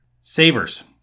savers